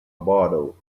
bottle